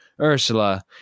Ursula